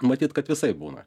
matyt kad visaip būna